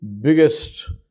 biggest